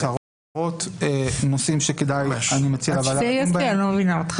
ברצינות אני לא מבינה אותך.